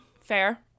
Fair